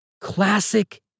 Classic